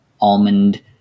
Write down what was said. almond